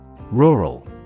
Rural